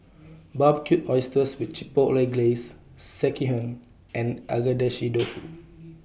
Barbecued Oysters with Chipotle Glaze Sekihan and Agedashi Dofu